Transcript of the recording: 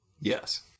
yes